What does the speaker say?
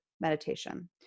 meditation